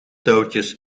touwtjes